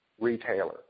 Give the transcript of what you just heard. retailer